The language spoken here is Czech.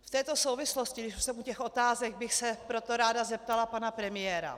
V této souvislosti, když už jsem u těch otázek, bych se proto ráda zeptala pana premiéra.